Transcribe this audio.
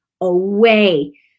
away